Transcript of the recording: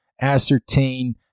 ascertain